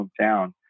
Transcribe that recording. hometown